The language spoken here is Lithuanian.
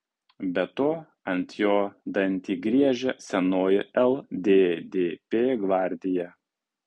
be to ant jo dantį griežia senoji lddp gvardija